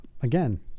again